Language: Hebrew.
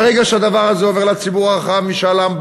ברגע שהדבר הזה עובר לציבור הרחב במשאל עם,